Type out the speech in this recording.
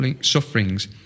sufferings